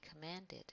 commanded